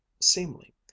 seemly